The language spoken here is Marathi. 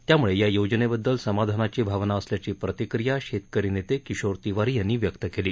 त्यामुळे या योजनेबद्दल समाधानाची भावना असल्याची प्रतिक्रिया शेतकरी नेते किशोर तिवारी यांनी व्यक्त केली आहे